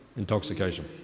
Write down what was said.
intoxication